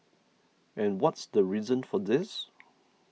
and what's the reason for this